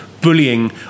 bullying